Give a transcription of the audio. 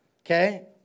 okay